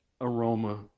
aroma